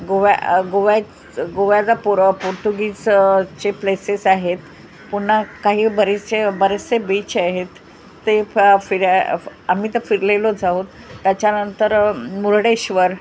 गो गोव्या गोव्याचा पो पोर्तुगीजचे प्लेसेस आहेत पुन्हा काही बरेचसे बरेचसे बीचे आहेत ते फिर आम्ही तर फिरलेलोच आहोत त्याच्यानंतर मुरडेश्वर